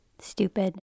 stupid